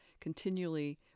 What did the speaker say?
continually